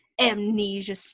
amnesia